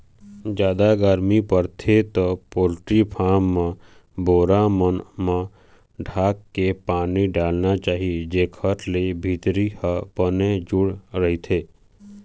जादा गरमी परथे त पोल्टी फारम ल बोरा मन म ढांक के पानी डालना चाही जेखर ले भीतरी ह बने जूड़ रहिथे